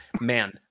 Man